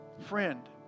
Friend